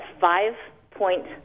five-point